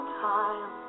time